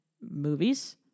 movies